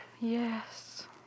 yes